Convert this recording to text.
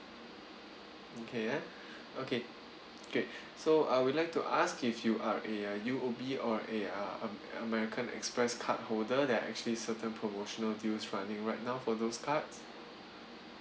okay ah okay great so I would like to ask if you are a uh U_O_B or a uh american express card holder there are actually certain promotional deals running right now for those cards